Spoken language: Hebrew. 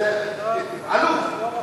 זה עלוב.